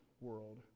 world